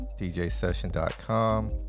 djsession.com